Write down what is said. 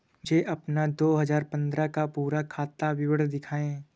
मुझे अपना दो हजार पन्द्रह का पूरा खाता विवरण दिखाएँ?